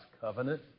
covenant